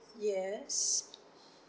yes